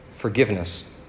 forgiveness